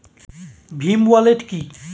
Bhim wallet কি?